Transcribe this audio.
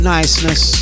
Niceness